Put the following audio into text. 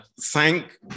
thank